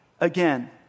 again